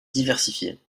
diversifiés